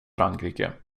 frankrike